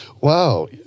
Wow